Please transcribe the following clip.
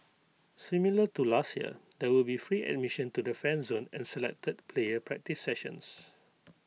similar to last year there will be free admission to the fan zone and selected player practice sessions